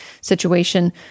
situation